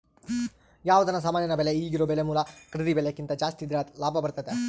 ಯಾವುದನ ಸಾಮಾನಿನ ಬೆಲೆ ಈಗಿರೊ ಬೆಲೆ ಮೂಲ ಖರೀದಿ ಬೆಲೆಕಿಂತ ಜಾಸ್ತಿದ್ರೆ ಲಾಭ ಬರ್ತತತೆ